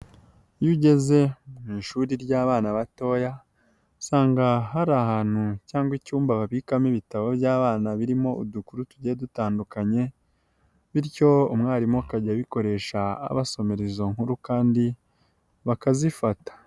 Iyo ugeze mu ishuri ry'abana batoya, usanga hari ahantu cyangwa icyumba babikamo ibitabo by'abana birimo udukuru tugiye dutandukanye, bityo umwarimu akajya abikoresha abasomera izo nkuru kandi bakazifata.